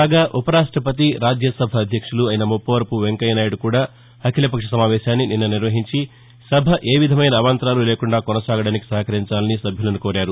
కాగా ఉపరాష్ట్రపతి రాజ్యసభ అధ్యక్షులు అయిన ముప్పవరపు వెంకయ్య నాయుడు కూడా అఖిలపక్ష సమావేశాన్ని నిన్న నిర్వహించి సభ ఏవిధమైన అవాంతరాలు లేకుండా కొనసాగడానికి సహకరించాలని సభ్యులను కోరారు